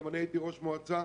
גם אני הייתי ראש מועצה.